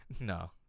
No